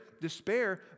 despair